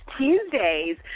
Tuesdays